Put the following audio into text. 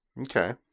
Okay